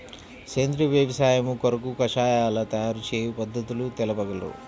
సేంద్రియ వ్యవసాయము కొరకు కషాయాల తయారు చేయు పద్ధతులు తెలుపగలరు?